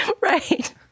Right